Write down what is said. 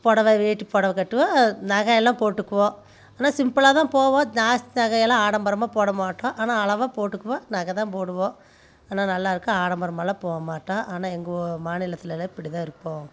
புடவை வேட்டி புடவை கட்டுவேன் நகை எல்லாம் போட்டுக்குவோம் ஆனால் சிம்பிளாக தான் போவோம் ஜாஸ்தி நகை எல்லாம் ஆடம்பரமாக போட மாட்டோம் ஆனால் அளவாக போட்டுக்குவோம் நகை தான் போடுவோம் ஆனால் நல்லாயிருக்கு ஆடம்பரமாலாம் போக மாட்டோம் ஆனால் எங்ககே மாநிலத்துலலாம் இப்படி தான் இருப்போம்